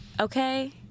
okay